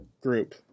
group